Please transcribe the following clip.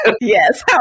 Yes